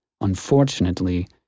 unfortunately